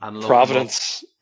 providence